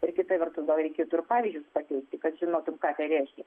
ir kita vertus gal reikėtų ir pavyzdžius pateikti kad žinotum ką tai reiškia